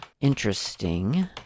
Interesting